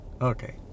Okay